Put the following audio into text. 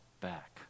back